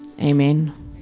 Amen